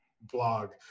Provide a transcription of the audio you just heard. blog